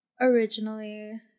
originally